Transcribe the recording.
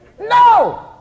no